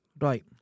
Right